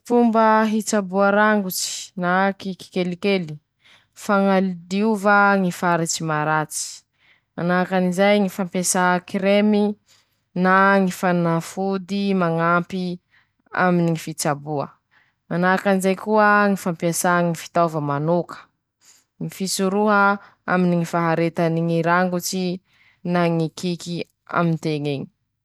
Fomba fanasa siñy aminy ñy taña, mangalaky kovety teña asia rano, asia kiliny na savony, ala tsikiraiky amizay siky iñe hosehy taña tsikiraiky avalibaliky soa hentea ñy loto aminy eñy ;lafa vita ñy sasa ñ'azy aminy ñy kiliny na savone, kobañy rano malio soa amizay, lafa vita koba malio i, atany amizay i laha bakeo.